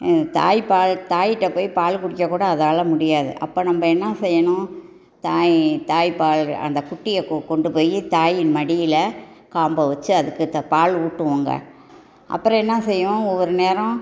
தாய்ப்பால் தாய் கிட்டே போய் பால் குடிக்க கூட அதால் முடியாது அப்போ நம்ம என்ன செய்யணும் தாய் தாய்ப்பால் அந்த குட்டியை கொண்டு போய் தாயின் மடியில் காம்பை வச்சு அதுக்கு பால் ஊட்டுவோங்க அப்புறம் என்ன செய்யும் ஒவ்வொரு நேரம்